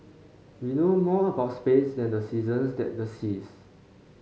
we know more about space than the seasons and the seas